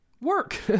work